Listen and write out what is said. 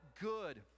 good